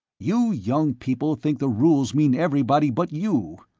you young people think the rules mean everybody but you,